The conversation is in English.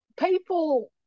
People